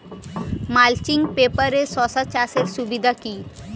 Mulching পেপারে শসা চাষের সুবিধা কি?